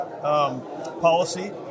policy